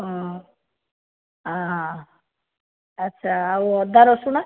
ହଁ ଆଚ୍ଛା ଆଉ ଅଦା ରସୁଣ